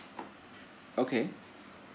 okay